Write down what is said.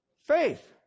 faith